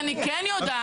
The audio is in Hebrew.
חברת הכנסת שיר, אני מבקש.